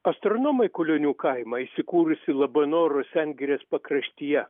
astronomai kulionių kaimą įsikūrusį labanoro sengirės pakraštyje